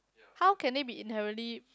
how can they be inherently